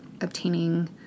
obtaining